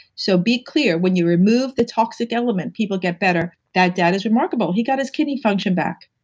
so be clear, when you remove the toxic element, people get better. that data's remarkable. he got his kidney function back.